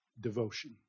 devotion